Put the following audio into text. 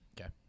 Okay